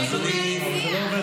והיינו מנהלים שיח.